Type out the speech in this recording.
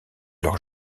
leur